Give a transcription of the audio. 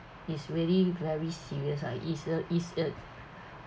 is really very serious ah is a is a